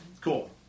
cool